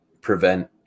prevent